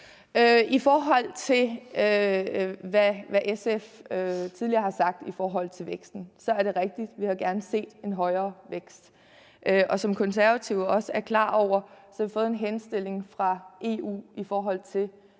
hensyn til hvad SF tidligere har sagt om væksten, så er det rigtigt, at vi gerne havde set en højere vækst. Og som De Konservative også er klar over, har vi fået en henstilling fra EU om, hvad vi